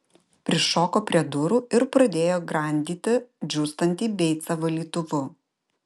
prišoko prie durų ir pradėjo grandyti džiūstantį beicą valytuvu